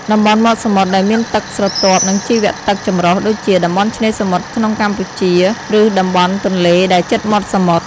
តំបន់មាត់សមុទ្រដែលមានទឹកស្រទាប់ និងជីវៈទឹកចម្រុះ ដូចជា តំបន់ឆ្នេរសមុទ្រក្នុងកម្ពុជា ឬតំបន់ទន្លេដែលជិតមាត់សមុទ្រ។